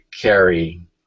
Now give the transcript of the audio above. carry